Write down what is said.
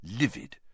livid